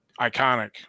iconic